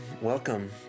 Welcome